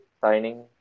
signing